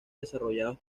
desarrollados